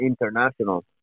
international